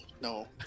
no